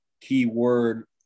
keyword